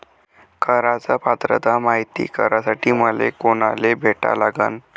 कराच पात्रता मायती करासाठी मले कोनाले भेटा लागन?